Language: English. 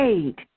Eight